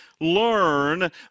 learn